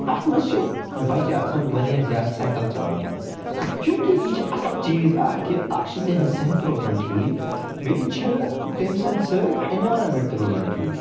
اتھ مَنٛز چھِ بَچہِ آسان واریاہ زیادٕ سایکَل چَلاوان چونٛکہ یہِ چھُ اصٕل چیٖز اَکھ کہِ اَکھ چھِ تِہنٛز صحت روزان ٹھیٖک بیٚیہِ چھِ تٔمۍ سٕنٛدۍ سۭتۍ ایٚنویٚرانمیٚنٛٹ تہِ روزان ٹھیٖک